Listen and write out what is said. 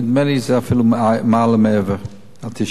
נדמה לי שזה אפילו מעל ומעבר ל-90%.